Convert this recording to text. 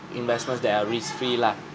investments that are risk-free lah